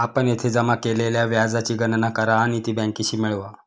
आपण येथे जमा केलेल्या व्याजाची गणना करा आणि ती बँकेशी मिळवा